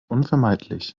unvermeidlich